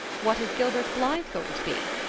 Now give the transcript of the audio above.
what is gilbert blythe going to be?